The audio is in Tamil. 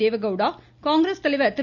தேவகவுடா காங்கிரஸ் தலைவர் திரு